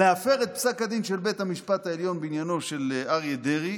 להפר את פסק הדין של בית המשפט העליון בעניינו של אריה דרעי